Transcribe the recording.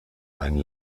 einen